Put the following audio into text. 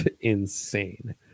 insane